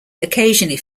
occasionally